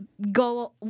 go